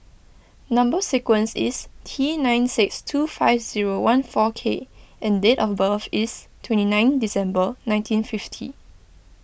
Number Sequence is T nine six two five zero one four K and date of birth is twenty nine December nineteen fifty